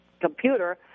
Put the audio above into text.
computer